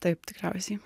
taip tikriausiai